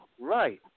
Right